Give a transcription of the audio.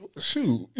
shoot